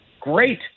great